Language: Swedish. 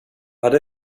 hade